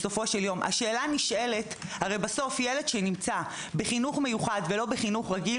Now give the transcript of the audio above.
הרי בסוף כשילד נמצא בחינוך מיוחד ולא בחינוך רגיל,